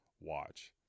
watch